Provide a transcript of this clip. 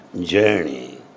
journey